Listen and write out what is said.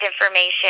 information